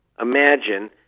Imagine